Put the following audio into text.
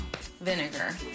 vinegar